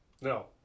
No